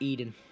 Eden